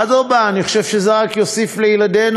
אדרבה, אני חושב שזה רק יוסיף לילדינו,